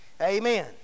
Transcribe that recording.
amen